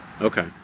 Okay